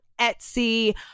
Etsy